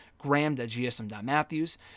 Graham.gsm.matthews